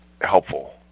helpful